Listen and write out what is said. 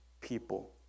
people